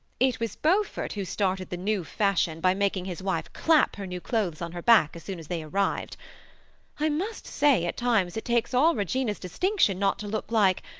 it was beaufort who started the new fashion by making his wife clap her new clothes on her back as soon as they arrived i must say at times it takes all regina's distinction not to look like.